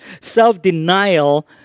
self-denial